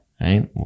Right